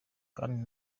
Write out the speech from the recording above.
kandi